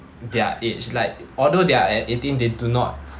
their age like although they are at eighteen they do not